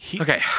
Okay